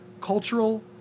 Cultural